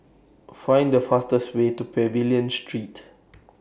Find The fastest Way to Pavilion Street